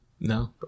No